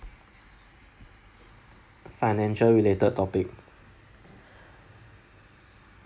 financial related topic